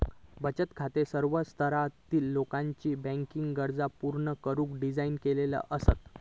बचत खाता सर्व स्तरातला लोकाचा बँकिंग गरजा पूर्ण करुक डिझाइन केलेली असता